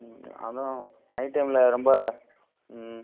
ம் அதுவும் நைட் டைமில் ரொம்ப ம்